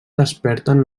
desperten